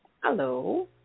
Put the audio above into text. Hello